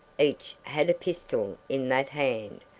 each had a pistol in that hand,